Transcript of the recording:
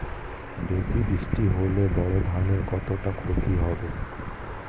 বেশি বৃষ্টি হলে বোরো ধানের কতটা খতি হবে?